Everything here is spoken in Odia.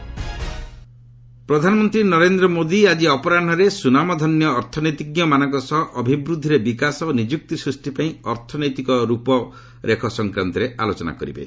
ପିଏମ୍ ଇଣ୍ଟରାକୁନ ପ୍ରଧାନମନ୍ତ୍ରୀ ନରେନ୍ଦ୍ର ମୋଦି ଆଜି ଅପରାହ୍ନରେ ସୁନାମଧନ୍ୟ ଅର୍ଥନୀତିଜ୍ଞମାନଙ୍କ ସହ ଅଭିବୃଦ୍ଧିରେ ବିକାଶ ଓ ନିଯୁକ୍ତି ସ୍ପଷ୍ଟିପାଇଁ ଅର୍ଥନୈତିକ ନୀତି ରୂପରେଖ ସଂକ୍ରାନ୍ତରେ ଆଲୋଚନା କରିବେ